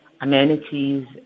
amenities